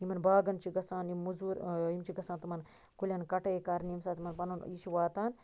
یِمَن باغَن چھ گَژھان یہِ مٔزوٗر یِم چھِ گَژھان تِمَن کُلیٚن کَٹٲے کَرنہِ ییٚمہِ ساتہٕ تمن پَنُن یہِ چھُ واتان